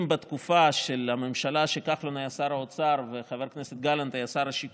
אם בתקופה של הממשלה שבה כחלון היה שר האוצר וחבר הכנסת גלנט